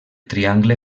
triangle